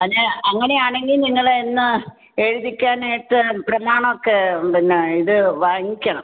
അത് അങ്ങനെയാണെങ്കിൽ നിങ്ങൾ എന്നാൽ എഴുതിക്കാനായിട്ട് പ്രമാണമൊക്കെ പിന്നെ ഇത് വാങ്ങിക്കണം